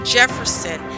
Jefferson